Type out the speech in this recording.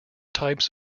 types